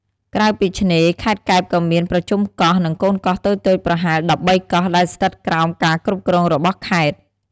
ក្រៅពីឆ្នេរ ខេត្តកែបក៏មានប្រជុំកោះ និងកូនកោះតូចៗប្រហែល ១៣ កោះ ដែលស្ថិតក្រោមការគ្រប់គ្រងរបស់ខេត្ត។